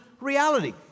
reality